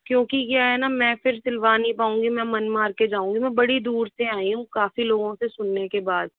क्योंकि क्या है ना मैं फिर सिल्वा नहीं पाऊंगी मैं मन मार के जाऊंगी मैं बड़ी दूर से आई हूँ काफ़ी लोगों से सुनने के बाद